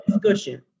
discussion